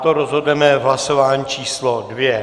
To rozhodneme v hlasování číslo dvě.